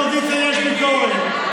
גם כשלאופוזיציה יש ביקורת,